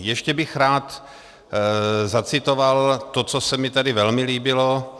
Ještě bych rád zacitoval to, co se mi tady velmi líbilo.